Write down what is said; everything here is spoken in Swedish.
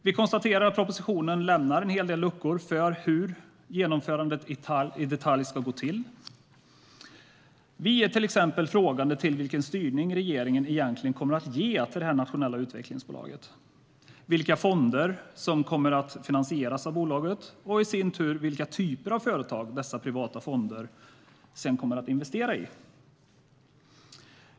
Vi konstaterar att propositionen lämnar en hel del luckor när det gäller hur genomförandet i detalj ska gå till. Vi ställer oss till exempel frågande till vilken styrning regeringen egentligen kommer att ge till det nationella utvecklingsbolaget, vilka fonder som kommer att finansieras av bolaget och vilka typer av företag dessa privata fonder i sin tur kommer att investera i.